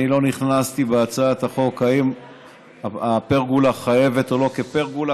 אני לא נכנסתי בהצעת החוק אם הפרגולה חייבת או לא כפרגולה,